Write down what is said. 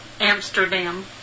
Amsterdam